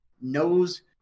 knows